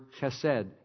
chesed